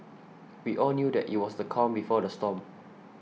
we all knew that it was the calm before the storm